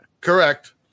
Correct